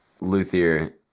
luthier